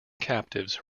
captives